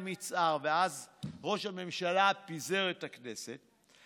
ואז ראש הממשלה פיזר את הכנסת,